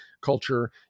culture